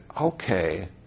okay